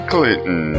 Clinton